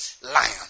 lion